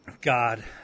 God